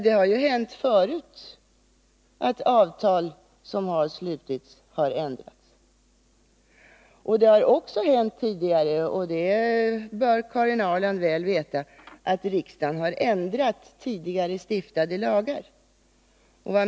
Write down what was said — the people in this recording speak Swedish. Det har ju hänt förut att avtal som har slutits har ändrats. Och det har också hänt tidigare — det bör Karin Ahrland väl veta — att riksdagen har ändrat tidigare stiftade lagar.